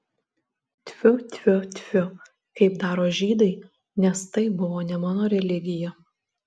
tfiu tfiu tfiu kaip daro žydai nes tai buvo ne mano religija